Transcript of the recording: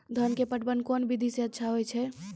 धान के पटवन कोन विधि सै अच्छा होय छै?